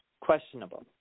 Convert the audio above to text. questionable